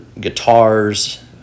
guitars